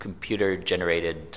computer-generated